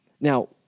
Now